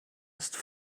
spain